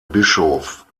bischof